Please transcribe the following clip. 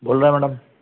बोल रहा मैडम